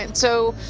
and so.